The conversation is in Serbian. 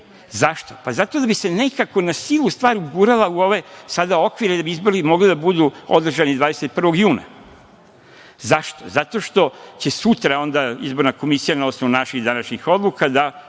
Zašto? Zato da bi se nekako na silu stvar ugurala u ove okvire, a da bi izbori mogli biti održani 21. juna. Zašto? Zato što će sutra izborna komisija, na osnovu naših današnjih odluka, da